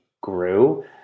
grew